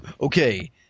Okay